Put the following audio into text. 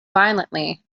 violently